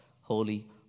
holy